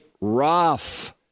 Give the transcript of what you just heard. rough